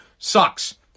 Sucks